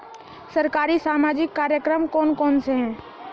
सरकारी सामाजिक कार्यक्रम कौन कौन से हैं?